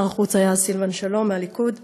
שר החוץ היה אז סילבן שלום מהליכוד.